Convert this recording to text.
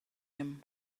him